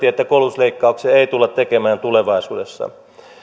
että koulutusleikkauksia ei tulla tekemään tulevaisuudessa